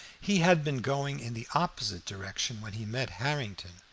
he had been going in the opposite direction when he met harrington,